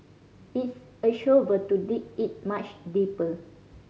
it's a shovel to dig it much deeper